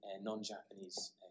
non-Japanese